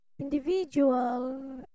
individual